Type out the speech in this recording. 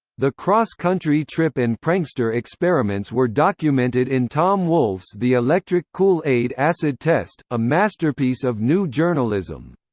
the cross country trip and prankster experiments were documented in tom wolfe's the electric kool aid acid test, a masterpiece of new journalism.